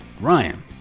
Ryan